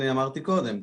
אמרתי קודם,